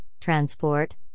transport